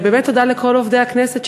באמת תודה לכל עובדי הכנסת,